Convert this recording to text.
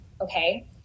okay